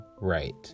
right